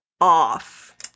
off